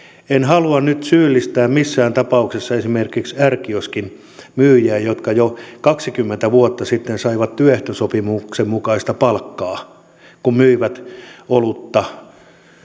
en halua nyt syyllistää missään tapauksessa esimerkiksi r kioskin myyjiä jotka jo kaksikymmentä vuotta sitten saivat työehtosopimuksen mukaista palkkaa kun myivät olutta